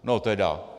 No teda!